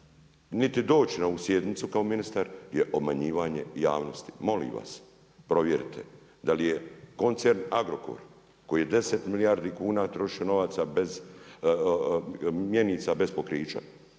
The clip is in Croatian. niti doći na ovu sjednicu kao ministar, jer obmanjivanje javnosti. Molim vas, provjerite da li je koncern Agrokor koji je 10 milijardi kuna trošio novaca bez mjenica bez pokrića,